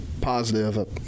positive